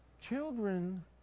Children